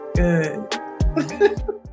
Good